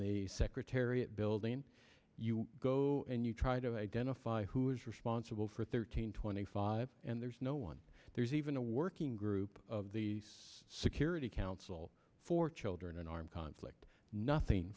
the secretariat building you go and you try to identify who is responsible for thirteen twenty five and there's no one there's even a working group of the security council for children in armed conflict nothing